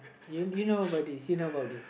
you you know about this you know about this